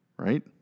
Right